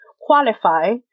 qualify